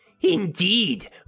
Indeed